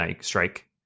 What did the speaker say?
Strike